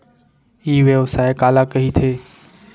ई व्यवसाय काला कहिथे?